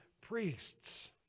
priests